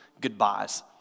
goodbyes